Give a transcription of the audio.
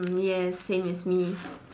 mm yes same as me